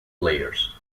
players